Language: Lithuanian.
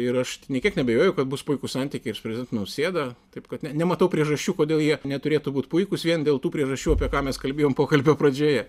ir aš nė kiek neabejoju kad bus puikūs santykiai ir su prezidentu nausėda taip kad nematau priežasčių kodėl jie neturėtų būt puikūs vien dėl tų priežasčių apie ką mes kalbėjom pokalbio pradžioje